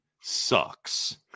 sucks